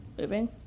moving